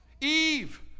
Eve